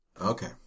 Okay